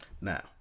Now